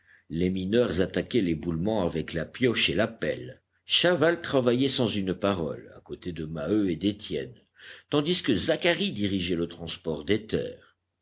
les mineurs attaquaient l'éboulement avec la pioche et la pelle chaval travaillait sans une parole à côté de maheu et d'étienne tandis que zacharie dirigeait le transport des terres